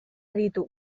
aditu